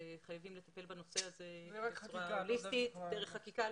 חייבים לטפל בנושא הזה בצורה הוליסטית דרך חקיקה.